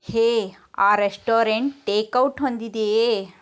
ಹೇ ಆ restaurant take out ಹೊಂದಿದೆಯೇ